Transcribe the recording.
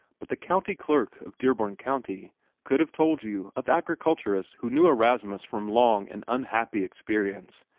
but the county clerk of dearborn county could have told you of agriculturists who knew erastus from long and unhappy experience,